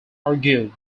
argued